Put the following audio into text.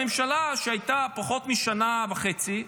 בממשלה שהייתה פחות משנה וחצי,